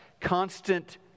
Constant